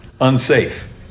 unsafe